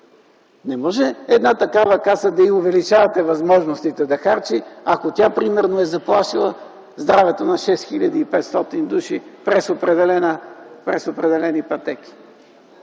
Не може на една такава каса да й увеличавате възможностите да харчи, ако тя примерно е заплашила здравето на 6500 души през определени пътеки.